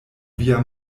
via